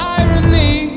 irony